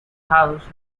house